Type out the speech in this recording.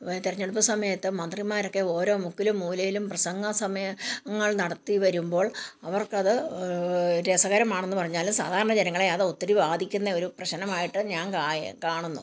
തിരഞ്ഞെടുപ്പ് സമയത്ത് മന്ത്രിമാരൊക്കെ ഓരോ മുക്കിലും മൂലയിലും പ്രസംഗം സമയങ്ങൾ നടത്തി വരുമ്പോൾ അവർക്ക് അത് രസകരമാണെന്ന് പറഞ്ഞാലും സാധാരണ ജനങ്ങളെ അത് ഒത്തിരി ബാധിക്കുന്നെ ഒരു പ്രശ്നമായിട്ട് ഞാൻ ക കാണുന്നു